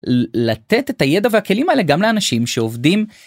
לתת את הידע והכלים האלה גם לאנשים שעובדים.